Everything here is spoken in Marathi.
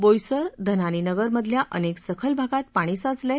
बोईसर धनानी नगर मधल्या अनेक सखल भागांत पाणी साचलंय